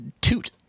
toot